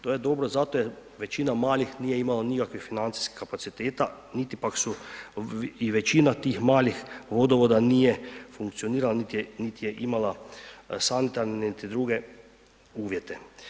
To je dobro zato jer većina malih nije imala nikakvih financijskih kapaciteta niti pak su i većina tih malih vodovoda nije funkcionirala nit je imala sanitarne niti druge uvjete.